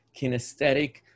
kinesthetic